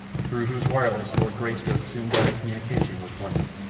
through whose wireless lord greystoke soon got in communication with london.